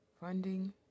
Funding